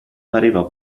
pareva